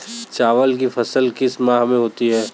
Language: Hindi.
चावल की फसल किस माह में होती है?